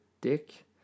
dick